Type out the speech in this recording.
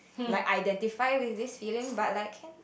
like identify with this feeling but I can